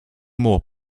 more